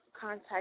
contact